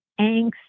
angst